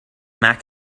mac